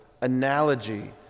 analogy